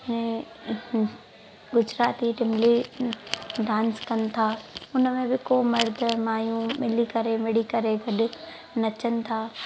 ऐं गुजराती टिमली डांस कनि था उन में बि को मर्द मायूं मिली करे मिड़ी करे गॾु नचनि था